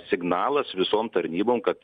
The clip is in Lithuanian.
signalas visom tarnybom kad